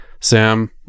Sam